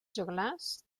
joglars